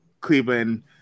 Cleveland